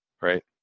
Right